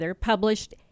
published